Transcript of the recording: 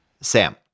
Sam